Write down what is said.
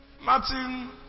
Martin